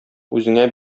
үзеңә